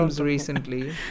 recently